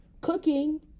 cooking